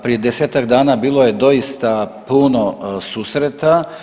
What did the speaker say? Prije 10-tak dana bilo je doista puno susreta.